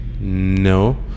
No